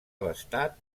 abastar